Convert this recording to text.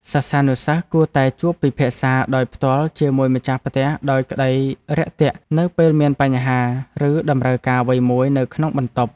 សិស្សានុសិស្សគួរតែជួបពិភាក្សាដោយផ្ទាល់ជាមួយម្ចាស់ផ្ទះដោយក្តីរាក់ទាក់នៅពេលមានបញ្ហាឬតម្រូវការអ្វីមួយនៅក្នុងបន្ទប់។